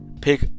pick